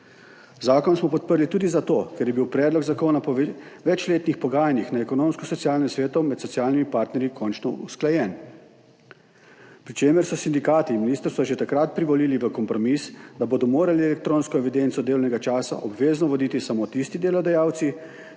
Zakon smo podprli tudi zato, ker je bil predlog zakona po večletnih pogajanjih na Ekonomsko-socialnem svetu med socialnimi partnerji končno usklajen, pri čemer so sindikati ministrstva že takrat privolili v kompromis, da bodo morali elektronsko evidenco delovnega časa obvezno voditi samo tisti delodajalci,